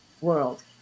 world